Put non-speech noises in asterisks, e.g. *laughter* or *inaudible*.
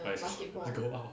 *noise* to go out